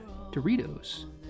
Doritos